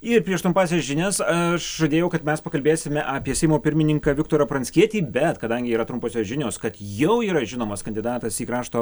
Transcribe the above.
ir prieš tumpąsias žinias aš žadėjau kad mes pakalbėsime apie seimo pirmininką viktorą pranckietį bet kadangi yra trumposios žinios kad jau yra žinomas kandidatas į krašto